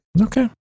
Okay